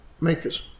makers